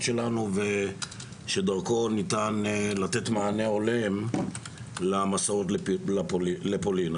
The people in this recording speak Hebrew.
שלנו שדרכן ניתן לתת מענה הולם למסעות לפולין.